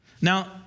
Now